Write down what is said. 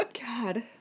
God